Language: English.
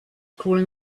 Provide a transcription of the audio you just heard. crawling